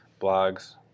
blogs